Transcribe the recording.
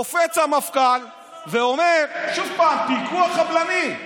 קופץ המפכ"ל ואומר שוב פעם: פיגוע חבלני.